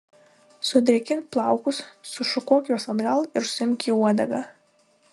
sudrėkink plaukus sušukuok juos atgal ir suimk į uodegą